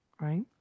right